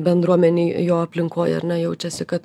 bendruomenėj jo aplinkoj ar ne jaučiasi kad